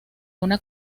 una